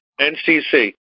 NCC